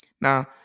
Now